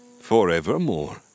forevermore